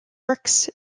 bricks